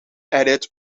added